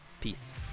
Peace